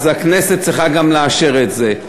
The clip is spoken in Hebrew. אז גם הכנסת צריכה לאשר את זה.